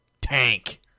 tank